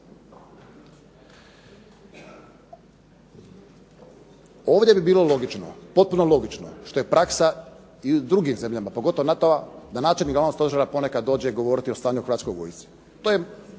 Ovdje bi bilo logično, potpuno logično, što je praksa i u drugim zemljama, pogotovo NATO-a da načelnik glavnog stožera ponekad dođe govoriti o stanju u Hrvatskoj vojsci. To je